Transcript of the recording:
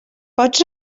pots